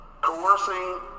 coercing